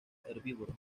herbívoro